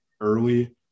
early